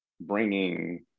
bringing